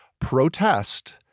protest